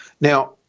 Now